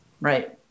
right